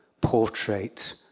portrait